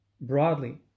broadly